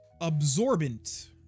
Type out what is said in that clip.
absorbent